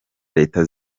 leta